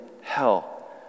hell